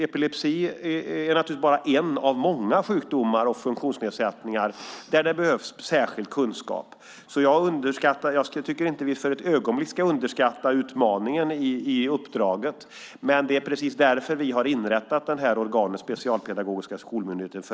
Epilepsi är bara en i raden av många sjukdomar och funktionsnedsättningar där det behövs särskild kunskap. Jag tycker inte att vi för ett ögonblick ska underskatta utmaningen i uppdraget. Det är just därför vi har inrättat detta organ - Specialpedagogiska skolmyndigheten.